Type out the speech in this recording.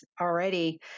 already